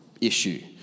issue